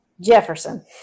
Jefferson